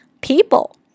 people